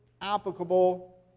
applicable